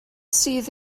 sydd